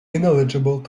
ineligible